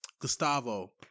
Gustavo